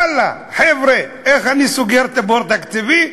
יאללה, חבר'ה, איך אני סוגר את הבור התקציבי?